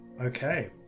Okay